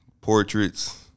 Portraits